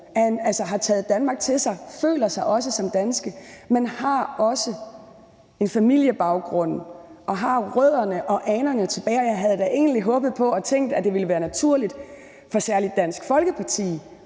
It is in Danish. og har taget Danmark til sig og føler sig også som danske, men har også en familiebaggrund og rødder og aner tilbage til Tyskland. Jeg havde egentlig håbet på og tænkt, at det ville være naturligt for særlig Dansk Folkeparti